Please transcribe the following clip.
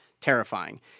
Terrifying